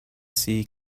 see